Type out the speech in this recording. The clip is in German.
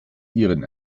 ihren